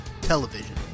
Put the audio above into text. television